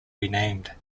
renamed